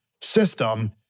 system